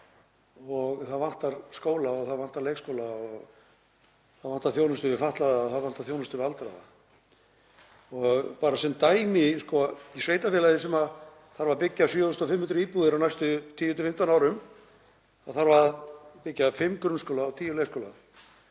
og það vantar skóla en það vantar leikskóla, það vantar þjónustu við fatlaða og þjónustu við aldraða. Bara sem dæmi: Í sveitarfélagi sem þarf að byggja 7.500 íbúðir á næstu 10–15 árum þarf að byggja fimm grunnskóla og tíu leikskóla.